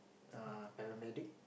err paramedic